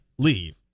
leave